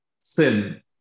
sin